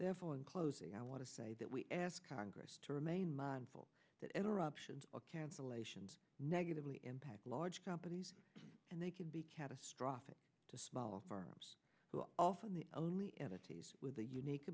therefore in closing i want to say that we ask congress to remain mindful that interruptions of cancellations negatively impact large companies and they can be catastrophic to small firms who are often the only entity with the unique